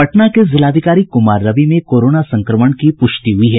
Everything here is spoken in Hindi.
पटना के जिलाधिकारी कुमार रवि में कोरोना संक्रमण की प्रष्टि हुई है